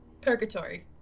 Purgatory